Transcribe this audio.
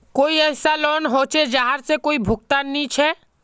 कोई ऐसा लोन होचे जहार कोई भुगतान नी छे?